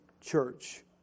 church